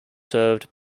served